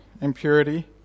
impurity